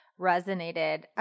resonated